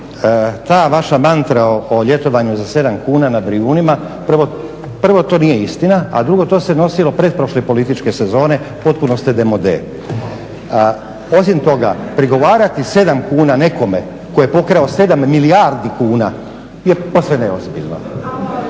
ta vaša mantra o ljetovanju za 7 kuna na Brijunima prvo to nije istina, a drugo to se nosilo pretprošle političke sezone, potpuno ste de mode. Osim toga prigovarati 7 kuna nekome tko je pokrao 7 milijardi kuna je posve neozbiljno.